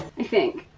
i think,